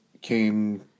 came